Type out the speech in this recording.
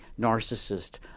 narcissist